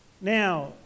Now